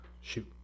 shoot